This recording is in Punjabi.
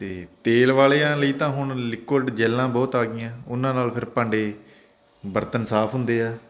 ਅਤੇ ਤੇਲ ਵਾਲਿਆਂ ਲਈ ਤਾਂ ਹੁਣ ਲਿਕੁਡ ਜੈਲਾਂ ਬਹੁਤ ਆ ਗਈਆਂ ਉਹਨਾਂ ਨਾਲ ਫਿਰ ਭਾਂਡੇ ਬਰਤਨ ਸਾਫ ਹੁੰਦੇ ਆ